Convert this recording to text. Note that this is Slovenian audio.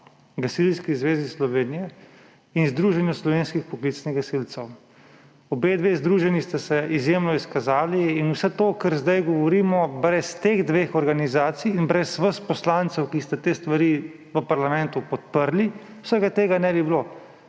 Gasilski zvezi Slovenije in Združenju slovenskih poklicnih gasilcev. Obe združenji sta se izjemno izkazali in vsega tega, kar zdaj govorimo, brez teh dveh organizacij in brez vas poslancev, ki ste te stvari v parlamentu podprli, ne bi bilo.